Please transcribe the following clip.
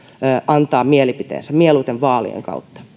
antaa mielipiteensä mieluiten vaalien kautta